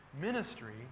ministry